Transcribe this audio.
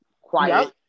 quiet